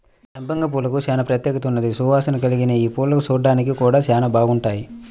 సంపెంగ పూలకు చానా ప్రత్యేకత ఉన్నది, సువాసన కల్గిన యీ పువ్వులు చూడ్డానికి గూడా చానా బాగుంటాయి